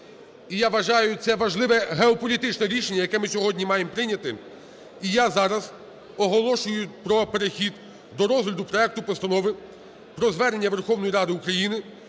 я вважаю, це важливе геополітичне рішення, яке ми сьогодні маємо прийняти. І я зараз оголошую про перехід до розгляду проекту Постанови про Звернення Верховної Ради України